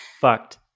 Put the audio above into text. fucked